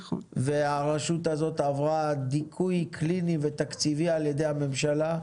והרשות הזאת עברה דיכוי קליני ותקציבי על ידי הממשלה,